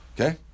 Okay